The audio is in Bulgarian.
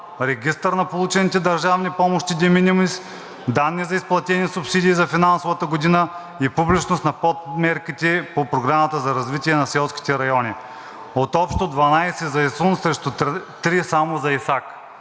регистър на получените държавни помощи de minimis, данни за изплатени субсидии за финансовата година и публичност на подмерките по Програмата за развитие на селските райони. Общо 12 за ИСУН срещу само 3 за ИСАК.